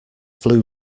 flu